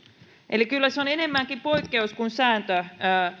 eli kyllä ovat enemmänkin poikkeus kuin sääntö